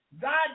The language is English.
God